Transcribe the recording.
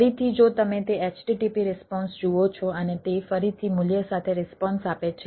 ફરીથી જો તમે તે http રિસ્પોન્સ જુઓ છો અને તે ફરીથી મૂલ્ય સાથે રિસ્પોન્સ આપે છે